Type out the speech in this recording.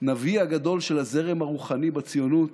הנביא הגדול של הזרם הרוחני בציונות: